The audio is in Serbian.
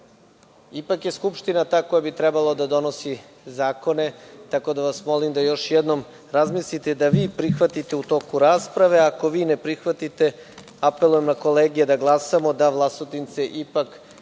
Ipak je Skupština ta koja bi trebala da donosi zakone, tako da vas molim da još jednom razmislite i da vi prihvatite u toku rasprave. Ako vi ne prihvatite, apelujem na kolege da glasamo da Vlasotince ipak